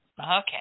okay